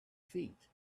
feet